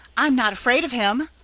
i'm not afraid of him,